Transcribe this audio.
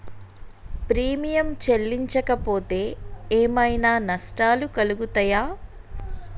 Premium చెల్లించకపోతే ఏమైనా నష్టాలు కలుగుతయా?